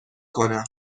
کنم